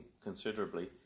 considerably